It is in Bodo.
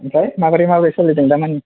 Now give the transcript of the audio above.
ओमफ्राय माबोरै माबोरै सलिदों दामानि